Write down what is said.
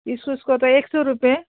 इस्कुसको त एक सौ रुपियाँ